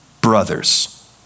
Brothers